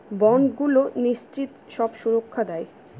বন্ডগুলো নিশ্চিত সব সুরক্ষা দেয়